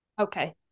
okay